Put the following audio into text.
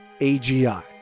AGI